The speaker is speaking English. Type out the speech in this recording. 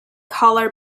collar